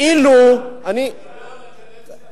איך הגעת לזה?